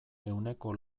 ehuneko